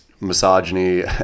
misogyny